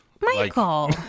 Michael